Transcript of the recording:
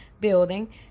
building